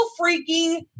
freaking